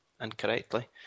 incorrectly